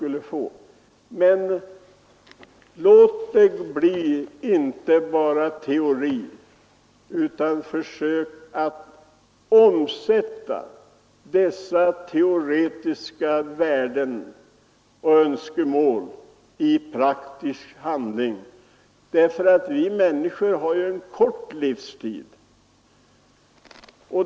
Låt bara inte allt bli teori. Försök omsätta de teoretiska resonemangen och önskemålen i praktisk handling. Vi människor har en kort livstid.